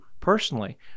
Personally